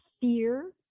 fear